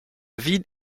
ville